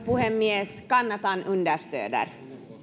puhemies kannatan understöder